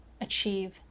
achieve